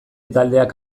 taldeak